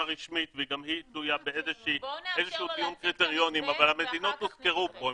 רשמית וגם היא תלויה באיזה שהם קריטריונים אבל המדינות הוזכרו פה,